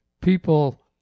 people